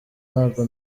ntago